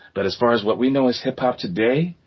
but as far as what we know is hip hop today.